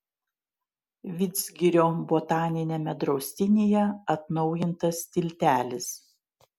vidzgirio botaniniame draustinyje atnaujintas tiltelis